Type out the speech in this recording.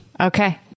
Okay